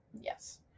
Yes